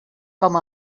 com